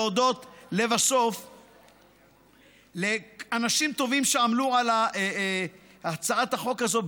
להודות לבסוף לאנשים טובים שעמלו על הצעת החוק הזאת,